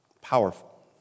Powerful